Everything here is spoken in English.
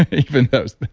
even thosedr.